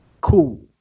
cool